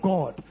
God